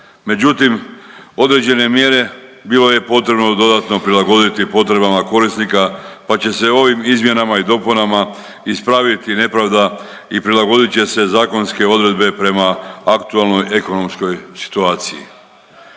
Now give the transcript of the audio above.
Međutim, određene mjere bilo je potrebno dodatno prilagoditi potrebama korisnika, pa će se ovim izmjenama i dopunama ispraviti nepravda i prilagodit će se zakonske odredbe prema aktualnoj ekonomskoj situaciji.